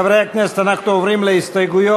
חברי הכנסת, אנחנו עוברים להסתייגויות